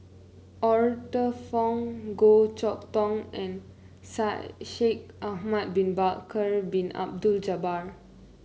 Arthur Fong Goh Chok Tong and Shaikh Ahmad Bin Bakar Bin Abdullah Jabbar